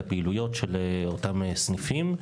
לפעילויות של אותם סניפים.